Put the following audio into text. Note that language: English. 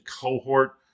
cohort